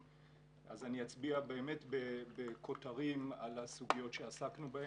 אז אני אצביע באמת בכותרים על הסוגיות שעסקנו בהן.